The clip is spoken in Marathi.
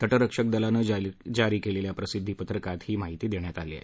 तटरक्षक दलानं जारी केलेल्या प्रसिद्दी पत्रकात ही माहिती दिली आहे